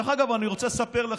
דרך אגב, אני רוצה לספר לכם,